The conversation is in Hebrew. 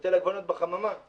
שותל עגבניות בחממה,